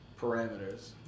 parameters